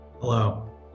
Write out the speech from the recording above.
Hello